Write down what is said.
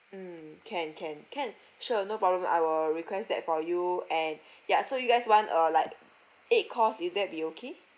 mm can can can sure no problem I will request that for you and ya so you guys want uh like eight course is that be okay